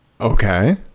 Okay